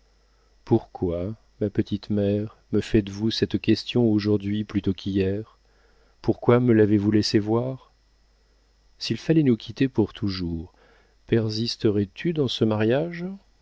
pourquoi ma petite mère me faites-vous cette question aujourd'hui plutôt qu'hier pourquoi me l'avez-vous laissé voir s'il fallait nous quitter pour toujours persisterais tu dans ce mariage